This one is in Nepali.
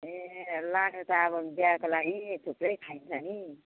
ए लानु त अब बिहाको लागि थुप्रै खाइन्छ नि